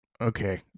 Okay